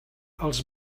els